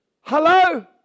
Hello